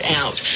out